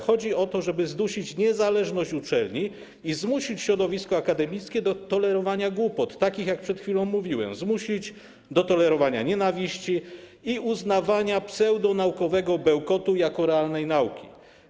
Chodzi o to, żeby zdusić niezależność uczelni i zmusić środowisko akademickie do tolerowania głupot, takich jak te, o których przed chwilą mówiłem, zmusić do tolerowania nienawiści i uznawania pseudonaukowego bełkotu jako realnej nauki.